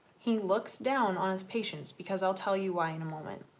he looks down on his patients because i'll tell you why in a moment.